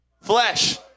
Flesh